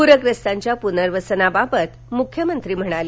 पुरग्रस्तांच्या पुनर्वसनाबाबत मुख्यमंत्री म्हणाले